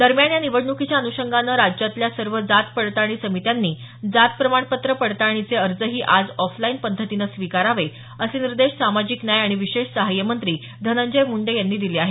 दरम्यान या निवडणुकीच्या अनुषंगानं राज्यातल्या सर्व जात पडताळणी समित्यांनी जात प्रमाणपत्र पडताळणीचे अर्जही आज ऑफलाईन पद्धतीने स्वीकारावे असे निर्देश सामाजिक न्याय आणि विशेष सहाय्य मंत्री धनंजय मुंडे यांनी दिले आहेत